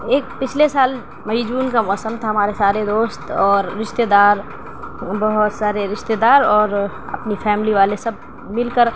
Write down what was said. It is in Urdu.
ایک پچھلے سال مئی جون کا موسم تھا ہمارے سارے دوست اور رشتہ دار بہت سارے رشتہ دار اور اپنی فیملی والے سب مل کر